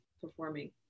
performing